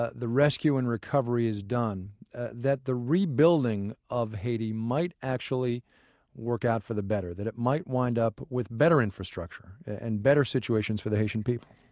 ah the rescue and the recovery is done that the rebuilding of haiti might actually work out for the better, that it might wind up with better infrastructure and better situations for the haitian people?